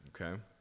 okay